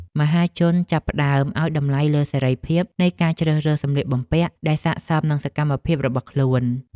មហាជនចាប់ផ្តើមឱ្យតម្លៃលើសេរីភាពនៃការជ្រើសរើសសម្លៀកបំពាក់ដែលស័ក្តិសមនឹងសកម្មភាពរបស់ខ្លួន។